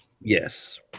Yes